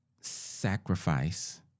sacrifice